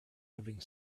having